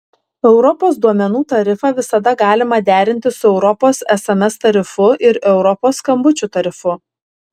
europos duomenų tarifą visada galima derinti su europos sms tarifu ir europos skambučių tarifu